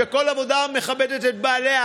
וכל עבודה מכבדת את בעליה,